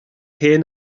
hen